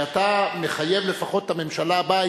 שאתה מחייב לפחות את הממשלה הבאה,